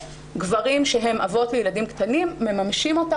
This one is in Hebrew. גברים שהם אבות לילדים קטנים מממשים אותה